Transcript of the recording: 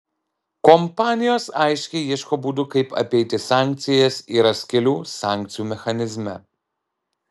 kompanijos aiškiai ieško būdų kaip apeiti sankcijas yra skylių sankcijų mechanizme